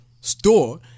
store